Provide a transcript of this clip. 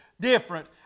different